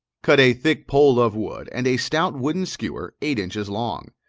cut a thick pole of wood and a stout wooden skewer eight inches long.